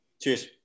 Cheers